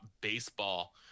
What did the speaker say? baseball